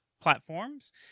platforms